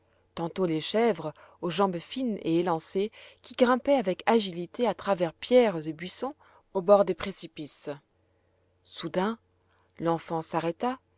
tantôt les chèvres aux jambes fines et élancées qui grimpaient avec agilité à travers pierres et buissons au bord des précipices soudain l'enfant s'arrêta